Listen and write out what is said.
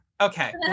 Okay